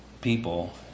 people